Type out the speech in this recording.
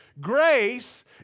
Grace